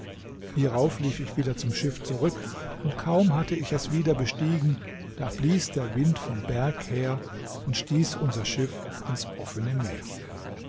hierauf lief ich wieder zum schiff zurück und kaum hatte ich es wieder bestiegen da blies der wind vom berg her und stieß unser schiff ins offene meer